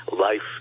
life